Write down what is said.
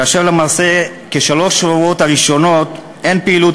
כאשר למעשה בשלושת השבועות הראשונים אין פעילות